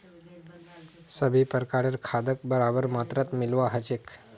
सभी प्रकारेर खादक बराबर मात्रात मिलव्वा ह छेक